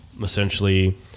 essentially